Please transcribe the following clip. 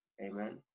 Amen